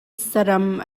saram